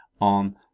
on